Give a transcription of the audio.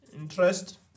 Interest